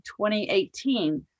2018